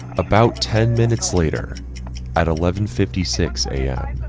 about ten minutes later at eleven fifty six a yeah